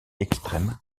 extrême